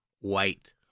white